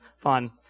fun